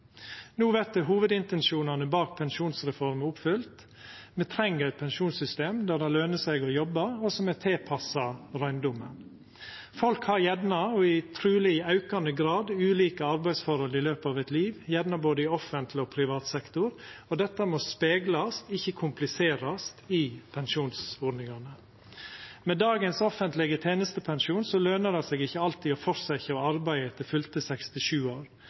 No vert hovudintensjonane bak pensjonsreforma oppfylte. Me treng eit pensjonssystem som gjer at det løner seg å jobba, og som er tilpassa røyndomen. Folk har gjerne, og truleg i aukande grad, ulike arbeidsforhold i løpet av eit liv, gjerne både i offentleg og i privat sektor, og dette må speglast, ikkje kompliserast, i pensjonsordningane. Med dagens offentlege tenestepensjon løner det seg ikkje alltid å fortsetja å arbeida etter fylte 67 år.